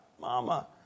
mama